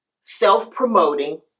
self-promoting